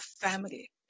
family